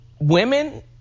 women